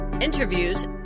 interviews